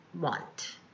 want